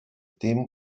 dim